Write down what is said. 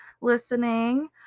listening